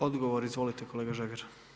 Odgovor, izvolite kolega Žagar.